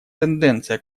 тенденция